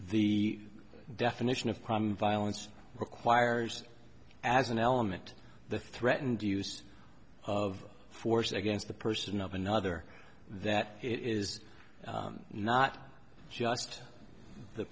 the definition of crime violence requires as an element the threatened use of force against the person of another that it is not just the